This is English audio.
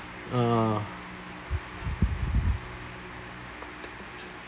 uh